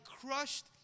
crushed